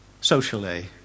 Socially